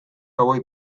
hauek